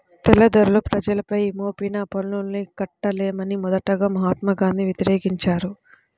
తెల్లదొరలు ప్రజలపై మోపిన పన్నుల్ని కట్టలేమని మొదటగా మహాత్మా గాంధీ వ్యతిరేకించారు